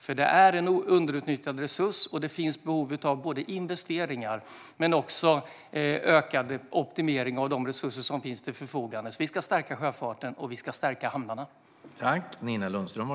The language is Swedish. Sjöfarten är en underutnyttjad resurs, och det finns behov av både investeringar och ökad optimering av de resurser som finns till förfogande. Vi ska stärka sjöfarten, och vi ska stärka hamnarna.